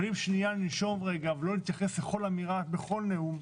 אבל אם שנייה ננשום רגע ולא נתייחס לכל אמירה בכל נאום,